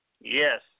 Yes